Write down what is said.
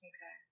Okay